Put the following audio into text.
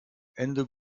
ende